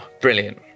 brilliant